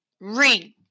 ring